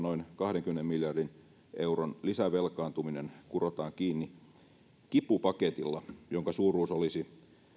noin kahdenkymmenen miljardin euron lisävelkaantuminen kurotaan kiinni kipupaketilla jonka suuruus olisi